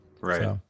Right